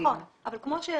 הרחבנו, נכון, אבל כמו שהרחבנו,